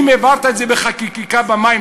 אם העברת את זה בחקיקה על מים,